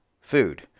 food